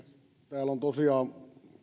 täällä on tosiaan